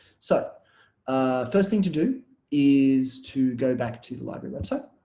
so first thing to do is to go back to the library website